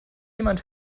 jemand